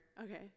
Okay